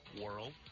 world